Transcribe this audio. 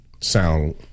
Sound